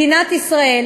מדינת ישראל